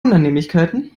unannehmlichkeiten